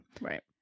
Right